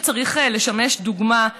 שצריך לשמש דוגמה,